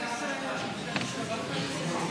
גם יהודית וגם דמוקרטית.